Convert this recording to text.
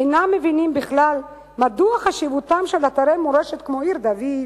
אינם מבינים בכלל מדוע חשיבותם של אתרי מורשת כמו עיר-דוד,